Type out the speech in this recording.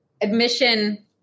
admission